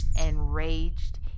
Enraged